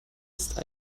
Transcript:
ist